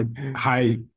Hi